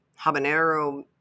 habanero